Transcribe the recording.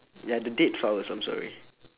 ya the dead flowers I'm sorry